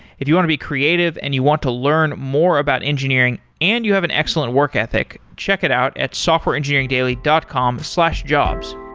if you want to be creative and you want to learn more about engineering and you have an excellent work ethic, check it out at softwareengineeringdaily dot com jobs